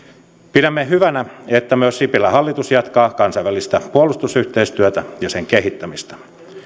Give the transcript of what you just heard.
pidämme hyvänä että myös sipilän hallitus jatkaa kansainvälistä puolustusyhteistyötä ja sen kehittämistä